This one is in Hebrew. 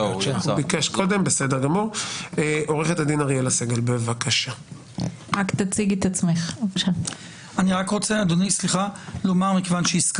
הייתי ברשות המבצעת מ-1991 עד 2019. אני חייב לומר לך שלא הרגשתי